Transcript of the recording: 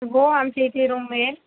हो आमच्या इथे रूम मिळेल